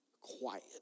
quiet